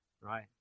Right